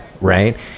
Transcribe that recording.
right